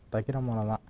தைக்கிற முற தான்